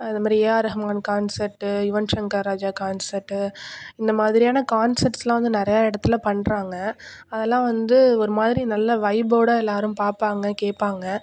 அது மாதிரி A R Rahman concert Yuvan Shankar Raja concert இந்த மாதிரியான கான்செர்ட்ஸ்லாம் வந்து நிறைய இடத்துல பண்ணுறாங்க அதெலாம் வந்து ஒரு மாதிரி நல்ல வைப்போட எல்லாரும் பாப்பாங்க கேட்பாங்க